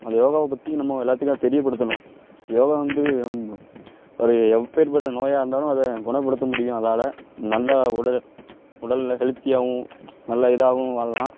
அந்த யோகாவை பற்றி நம்ம எல்லாத்துக்கும் அது தெரியப்படுத்தணும் யோகா வந்து ஒரு எப்பேர்ப்பட்ட நோயாக இருந்தாலும் அத குணப்படுத்த முடியும் அதால் நல்லா உடலை உடலை ஹெலுத்தியாகவும் நல்ல இதாகவும் வாழலாம்